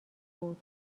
بود